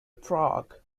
prague